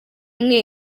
rimwe